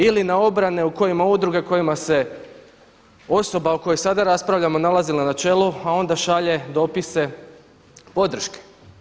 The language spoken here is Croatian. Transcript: Ili na obrane u kojima udruge kojima se osoba o kojoj sada raspravljamo nalazila na čelu, a onda šalje dopise podrške.